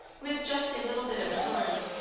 with just a little bit of authority.